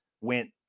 went